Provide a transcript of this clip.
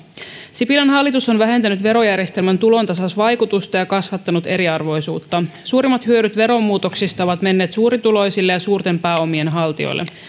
sipilän hallitus on vähentänyt verojärjestelmän tulontasausvaikutusta ja kasvattanut eriarvoisuutta suurimmat hyödyt veronmuutoksista ovat menneet suurituloisille ja suurten pääomien haltijoille